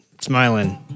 smiling